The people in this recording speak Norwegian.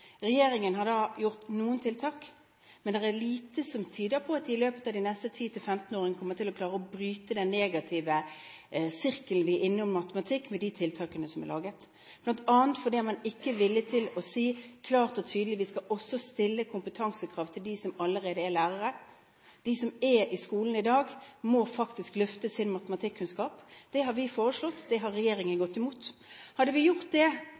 Regjeringen har gjort noen tiltak, men det er lite som tyder på at vi i løpet av de neste 10–15 årene klarer å bryte den negative sirkelen vi er inne i når det gjelder matematikk, med de tiltakene som er laget, bl.a. fordi man ikke er villig til å si klart og tydelig at vi også skal stille kompetansekrav til dem som allerede er lærere. De som er i skolen i dag, må faktisk løfte sin matematikkunnskap. Det har vi foreslått, det har regjeringen gått imot. Hadde vi gjort det,